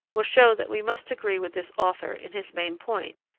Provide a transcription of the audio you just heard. will show that we must agree with this author in his main point,